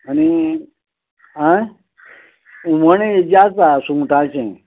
आनी आय हुमण हेजें आसा सुंगटांचे